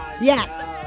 Yes